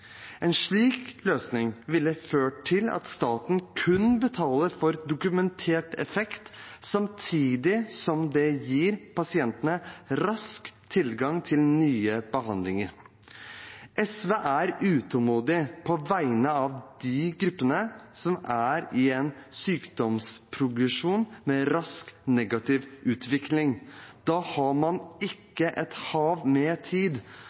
En slik løsning ville ført til at staten kun betaler for dokumentert effekt, samtidig som det gir pasientene rask tilgang til nye behandlinger. SV er utålmodig på vegne av de gruppene som er i en sykdomsprogresjon med rask negativ utvikling. Da har man ikke et hav av tid,